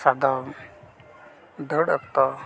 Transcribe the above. ᱥᱟᱫᱚᱢ ᱫᱟᱹᱲ ᱚᱠᱛᱚ